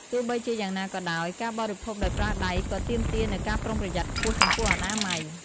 ទោះបីជាយ៉ាងណាក៏ដោយ ការបរិភោគដោយប្រើដៃក៏ទាមទារនូវការប្រុងប្រយ័ត្នខ្ពស់ចំពោះអនាម័យ។